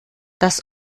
das